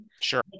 Sure